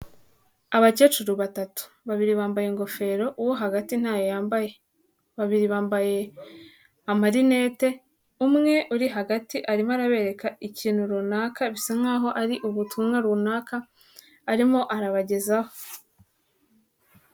Abakecuru batatu, babiri bambaye ingofero uwo hagati ntayo yambaye, babiri bambaye amarinete, umwe uri hagati arimo arabereka ikintu runaka bisa nkaho ari ubutumwa runaka arimo arabagezaho.